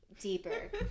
Deeper